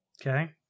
Okay